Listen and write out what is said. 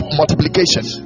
multiplication